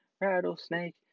rattlesnake